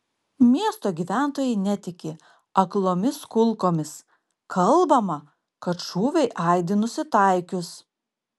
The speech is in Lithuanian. miesto gyventojai netiki aklomis kulkomis kalbama kad šūviai aidi nusitaikius